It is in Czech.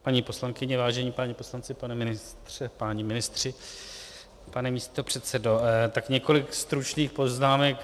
Vážené paní poslankyně, vážení páni poslanci, pane ministře, páni ministři, pane místopředsedo, tak několik stručných poznámek.